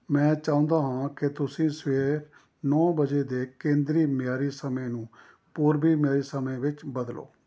ਮੈਂ ਚਾਹੁੰਦਾ ਹਾਂ ਕਿ ਤੁਸੀਂ ਸਵੇਰ ਨੌਂ ਵਜੇ ਦੇ ਕੇਂਦਰੀ ਮਿਆਰੀ ਸਮੇਂ ਨੂੰ ਪੂਰਵੀ ਮਿਆਰੀ ਸਮੇਂ ਵਿੱਚ ਬਦਲੋ